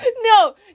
No